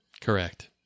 Correct